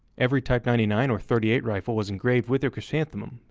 every type ninety nine or thirty eight rifle was engraved with their chrysanthemum,